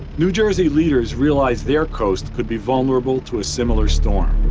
new jersey leaders realized their coast could be vulnerable to a similar storm,